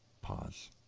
Pause